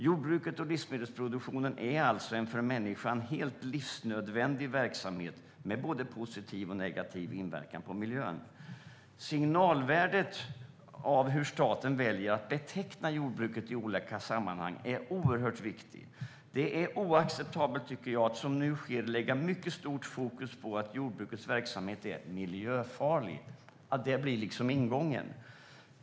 Jordbruket och livsmedelsproduktionen är alltså en för människan helt livsnödvändig verksamhet, med både positiv och negativ inverkan på miljön. Signalvärdet av hur staten väljer att beteckna jordbruket i olika sammanhang är oerhört viktigt. Det är oacceptabelt att som nu sker lägga mycket stort fokus på att jordbrukets verksamhet är miljöfarlig, att det ska vara ingången.